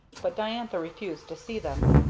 but diantha refused to see them.